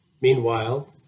meanwhile